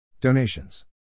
Donations